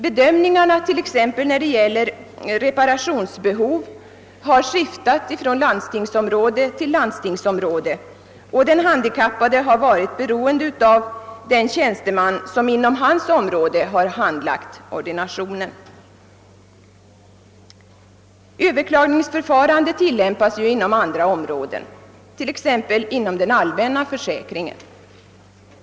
Bedömningen när det gäller t.ex. reparationsbehovet har skiftat från landstingsområde till landstingsområde, och den handikappade har varit beroende av den tjänsteman som inom hans område handlagt ordinationen. Överklagningsförfarandet = tillämpas ju på andra områden, t.ex. inom den allmänna försäkringen.